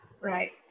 Right